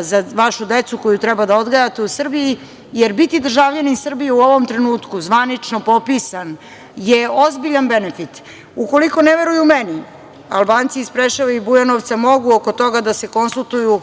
za vašu decu koju treba da odgajate u Srbiji, jer biti državljanin Srbiji u ovom trenutku zvanično popisan je ozbiljan benefit. Ukoliko ne veruju meni, Albanci iz Preševa i Bujanovca mogu oko toga da se konsultuju